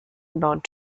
about